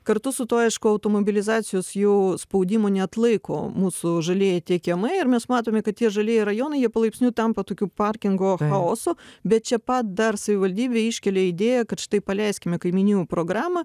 kartu su tuo aišku automobilizacijos jau spaudimo neatlaiko mūsų žalieji tie kiemai ir mes matome kad tie žalieji rajonai jie palaipsniui tampa tokiu parkingo chaosu bet čia pat dar savivaldybė iškelia idėją kad štai paleiskime kaimynijų programą